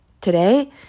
today